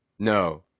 No